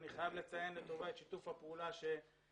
אני חייב לציין לטובה את שיתוף הפעולה שהעלית.